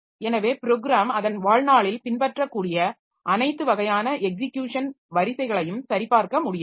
எனவே ப்ரோகிராம் அதன் வாழ்நாளில் பின்பற்றக்கூடிய அனைத்து வகையான எக்ஸிக்யுஷன் வரிசைகளையும் சரிபார்க்க முடியாது